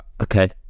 Okay